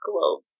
globe